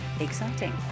exciting